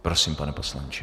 Prosím, pane poslanče.